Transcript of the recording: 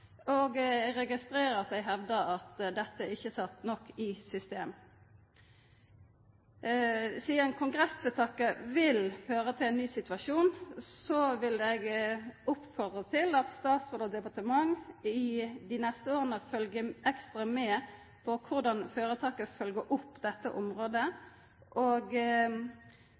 og eg registrerer at dei hevdar at dette ikkje er sett nok i system. Sidan kongressvedtaket vil føra til ein ny situasjon, vil eg oppfordra til at statsråden og departementet i dei neste åra følgjer ekstra med på korleis føretaka følgjer opp dette området, og ser til at sjukehusleiingane tek sitt arbeidsgivaransvar for opplæring, etter- og